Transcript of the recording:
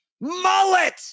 Mullet